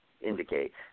indicate